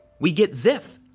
we get zipf.